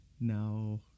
now